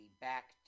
back